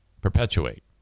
perpetuate